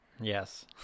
yes